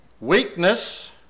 Weakness